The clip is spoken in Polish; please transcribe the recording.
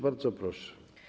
Bardzo proszę.